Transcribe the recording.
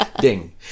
Ding